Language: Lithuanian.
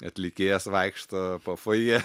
atlikėjas vaikšto po fojė